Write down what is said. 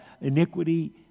iniquity